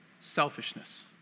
selfishness